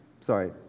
sorry